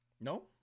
no